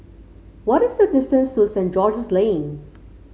what is the distance to Saint George's Lane